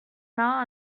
now